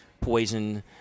Poison